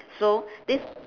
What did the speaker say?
so this